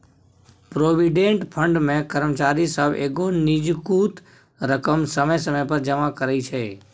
provident fund मे कर्मचारी सब एगो निजगुत रकम समय समय पर जमा करइ छै